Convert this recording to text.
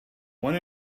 one